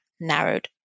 narrowed